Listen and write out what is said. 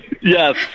Yes